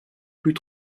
plus